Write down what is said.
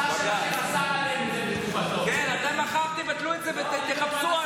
אז למה שר הביטחון ליברמן התייחס אליו?